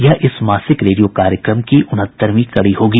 यह इस मासिक रेडियो कार्यक्रम की उनहत्तरवीं कड़ी होगी